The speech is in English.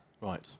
Right